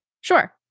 Sure